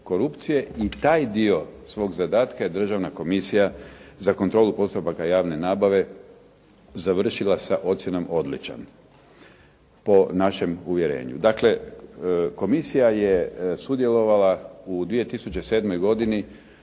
i taj dio svog zadatka je Državna komisija za kontrolu postupaka javne nabave završila sa ocjenom odličan po našem uvjerenju. Dakle, komisija je sudjelovala u 2007. godini